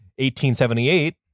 1878